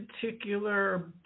Particular